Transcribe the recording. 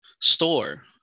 store